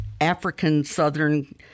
African-southern